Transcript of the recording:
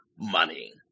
money